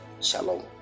Shalom